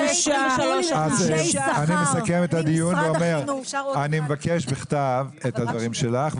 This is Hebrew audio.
--- אני מסכם את הדיון: אני מבקש בכתב את הדברים שלך,